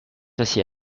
assis